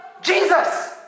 Jesus